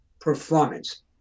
performance